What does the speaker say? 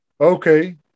Okay